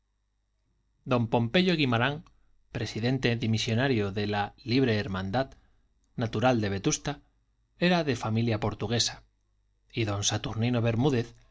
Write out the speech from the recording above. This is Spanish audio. don pompeyo guimarán presidente dimisionario de la libre hermandad natural de vetusta era de familia portuguesa y don saturnino bermúdez